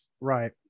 right